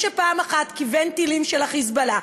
שפעם אחת כיוון טילים של ה"חיזבאללה",